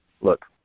Look